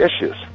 issues